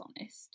honest